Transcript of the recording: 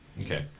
Okay